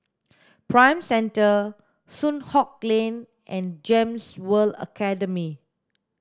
Prime Centre Soon Hock Lane and GEMS World Academy